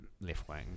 left-wing